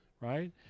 right